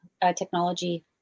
technology